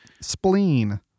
Spleen